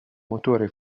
motore